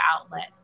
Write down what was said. outlets